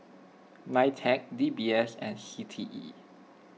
Nitec D B S and C T E